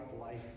life